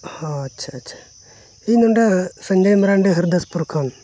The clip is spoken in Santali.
ᱦᱚᱸ ᱟᱪᱪᱷᱟ ᱟᱪᱪᱷᱟ ᱤᱧ ᱱᱚᱰᱮ ᱥᱚᱧᱡᱚᱭ ᱢᱟᱨᱟᱱᱰᱤ ᱦᱚᱨᱤᱫᱟᱥᱯᱩᱨ ᱠᱷᱚᱱ